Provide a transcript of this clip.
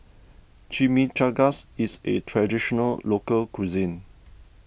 Chimichangas is a Traditional Local Cuisine